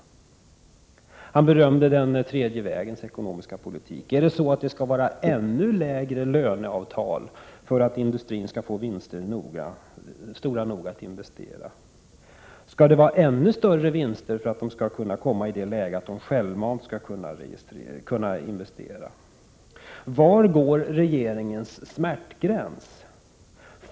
Industriministern berömde den tredje vägens ekonomiska politik. Skall det vara ännu lägre löneavtal för att industrierna skall få vinster stora nog att investera? Skall det vara ännu större vinster för att de skall komma i ett läge där de självmant skall kunna investera? Var går regeringens smärtgräns?